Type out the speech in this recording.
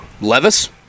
Levis